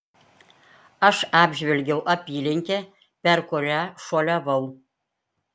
aš apžvelgiau apylinkę per kurią šuoliavau